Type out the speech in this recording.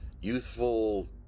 youthful